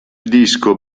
disco